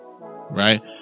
right